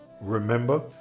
Remember